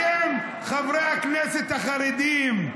אתם, חברי הכנסת החרדים,